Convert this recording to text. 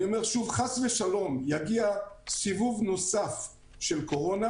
חס ושלום, אם יגיע סיבוב נוסף של קורונה,